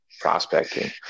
prospecting